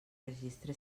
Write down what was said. registre